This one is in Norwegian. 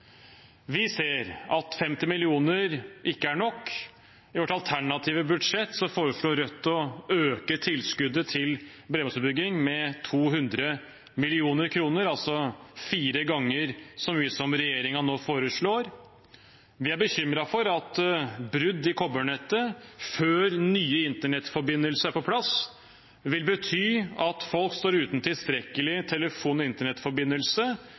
Vi ser at 50 mill. kr ikke er nok. I vårt alternative budsjett foreslår vi i Rødt å øke tilskuddet til bredbåndsutbygging med 200 mill. kr, altså fire ganger så mye som regjeringen nå foreslår. Vi er bekymret for at brudd i kobbernettet før ny internettforbindelse er på plass, vil bety at folk står uten tilstrekkelig telefon- og internettforbindelse